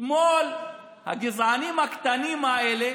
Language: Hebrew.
אתמול הגזענים הקטנים האלה